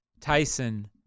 Tyson